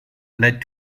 led